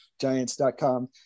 giants.com